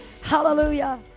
hallelujah